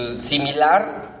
similar